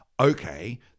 okay